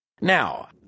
Now